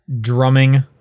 drumming